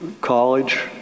college